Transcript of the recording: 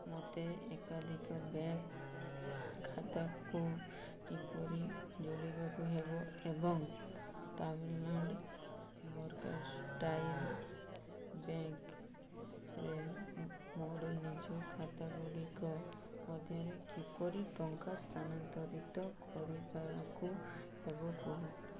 ମୋତେ ଏକାଧିକ ବ୍ୟାଙ୍କ୍ ଖାତାକୁ କିପରି ଯୋଡ଼ିବାକୁ ହେବ ଏବଂ ତାମିଲନାଡ଼୍ ମର୍କାଣ୍ଟାଇଲ୍ ବ୍ୟାଙ୍କ୍ ରେ ମୋର ନିଜ ଖାତାଗୁଡ଼ିକ ମଧ୍ୟରେ କିପରି ଟଙ୍କା ସ୍ଥାନାନ୍ତରିତ କରିବାକୁ ହେବ କୁହ